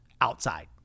Outside